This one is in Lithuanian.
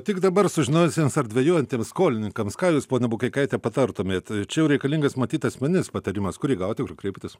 tik dabar sužinojusiems ar dvejojantiems skolininkams ką jūs ponia bukeikaite patartumėt čia jau reikalingas matyt asmeninis patarimas kur jį gauti kur kreiptis